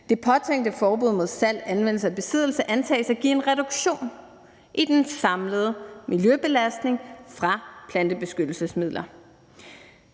Det påtænkte forbud mod salg, anvendelse og besiddelse antages at give en reduktion i den samlede miljøbelastning fra plantebeskyttelsesmidler.